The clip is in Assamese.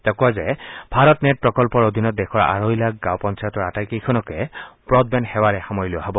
তেওঁ কয় যে ভাৰত নেট প্ৰকল্পৰ অধীনত দেশৰ আঢ়ৈ লাখ গাঁও পঞ্চায়তৰ আটাইকেইখনকে ব্ৰড বেণ্ড সেৱাৰে সামৰি লোৱা হ'ব